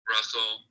Russell